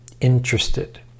interested